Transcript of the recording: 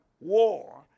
war